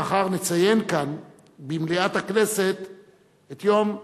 מחר נציין כאן במליאת הכנסת את יום ז'בוטינסקי.